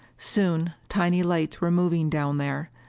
soon tiny lights were moving down there,